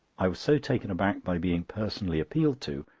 i was so taken aback by being personally appealed to,